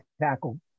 tackle